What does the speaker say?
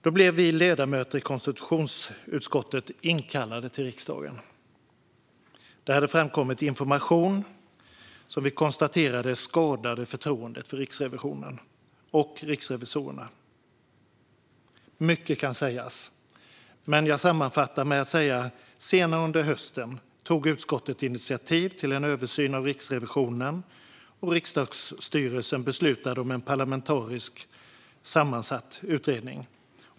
Då blev vi ledamöter i konstitutionsutskottet inkallade till riksdagen. Det hade framkommit information som vi konstaterade skadade förtroendet för Riksrevisionen och riksrevisorerna. Mycket kan sägas, men jag sammanfattar med att säga att utskottet senare under hösten tog initiativ till en översyn av Riksrevisionen, och riksdagsstyrelsen beslutade om en parlamentariskt sammansatt utredning.